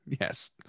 Yes